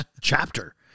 chapter